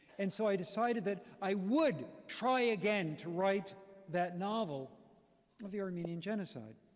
and so, i decided that i would try again to write that novel of the armenian genocide.